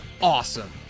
awesome